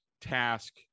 task